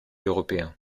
européens